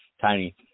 tiny